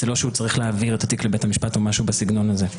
לא שהוא צריך להעביר את התיק לבית המשפט או משהו בסגנון הזה.